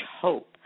hope